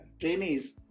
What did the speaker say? trainees